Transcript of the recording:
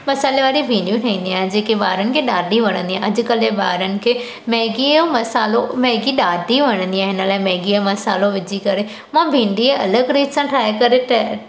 मसाले वारी भिंडियूं ठाहींदी आहियां जेके ॿारनि खे ॾाढी वणंदी आहे अॼु कल्ह जे ॿारनि खे मैगी जो मसालो मैगी ॾाढी वणंदी आहे हिन लाइ मैगी जो मसालो विझी करे मां भिंडी अलॻि तरीक़े सां ठाहे करे